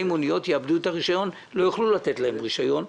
מוניות יאבדו את הרישיון ולא יוכלו לתת להם רישיון,